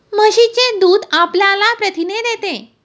म्हशीचे दूध आपल्याला प्रथिने देते